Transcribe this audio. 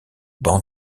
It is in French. banc